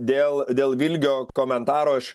dėl dėl vilgio komentaro aš